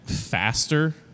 faster